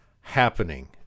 happening